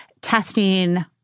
testing